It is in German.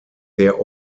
der